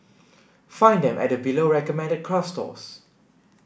find them at the below recommended craft stores